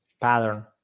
pattern